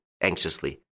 anxiously